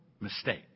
mistake